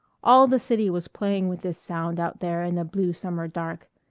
all the city was playing with this sound out there in the blue summer dark,